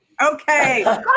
Okay